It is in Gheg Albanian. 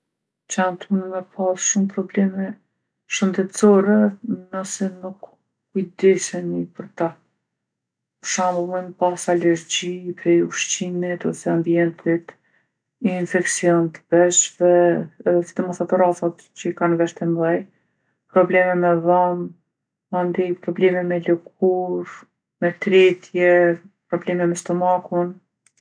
Qentë munen me pas shumë probleme shëndetsore nëse nuk kujdesemi për ta. Për shemull munen ma pas alergji prej ushqimit ose ambientit, infeksion t'veshve, edhe sidomos ato raca që i kanë veshtë e mdhej, probeme me dhom, mandej probleme me lëkurë, me tretje, problememe me stomakun.